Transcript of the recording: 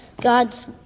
God's